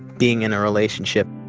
being in a relationship.